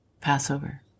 Passover